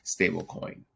stablecoin